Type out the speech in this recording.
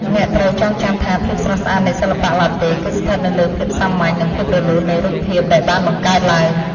អ្នកត្រូវចងចាំថាភាពស្រស់ស្អាតនៃសិល្បៈឡាតេ គឺស្ថិតនៅលើភាពសាមញ្ញ និងភាពរលូននៃរូបភាពដែលបានបង្កើតឡើង។